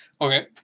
Okay